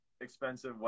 expensive